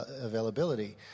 availability